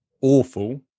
awful